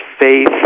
faith